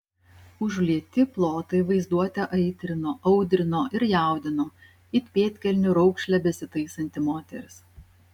užlieti plotai vaizduotę aitrino audrino ir jaudino it pėdkelnių raukšlę besitaisanti moteris